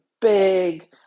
big